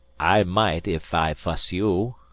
i might if i vhas you,